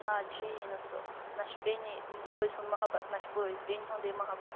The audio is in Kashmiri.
آز چھِ یی نہٕ سُہ نَہ چھُ بیٚنے بٲے سُنٛد محبت نَہ چھُ بٲیِس بیٚنہِ ہُنٛدُے محبت